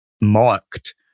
marked